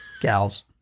Gals